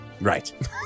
Right